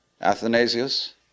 Athanasius